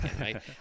right